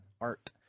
art